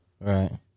Right